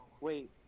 Wait